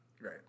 Right